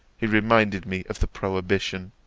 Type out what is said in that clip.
he reminded me of the prohibition.